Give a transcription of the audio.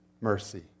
mercy